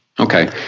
Okay